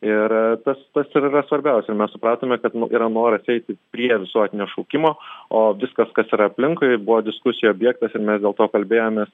ir tas tas ir yra svarbiausia mes supratome kad yra noras eiti prie visuotinio šaukimo o viskas kas yra aplinkui buvo diskusijų objektas ir mes dėl to kalbėjomės